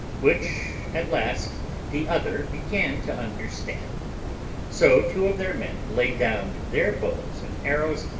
which at last the other began to understand so two of their men laid down their bows and arrows,